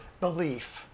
belief